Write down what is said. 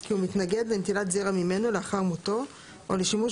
כי הוא מתנגד לנטילת זרע ממנו לאחר מותו או לשימוש